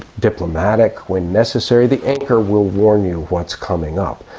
diplomatic when necessary. the anchor will warn you what's coming up.